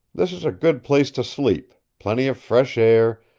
this is a good place to sleep plenty of fresh air,